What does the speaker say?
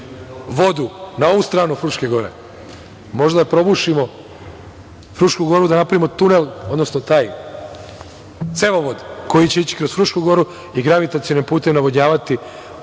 vodu na ovu stranu Fruške gore. Možda probušimo Frušku goru da napravimo tunel, odnosno taj cevovod koji će ići kroz Frušku goru i gravitacionim putem navodnjavati